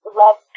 love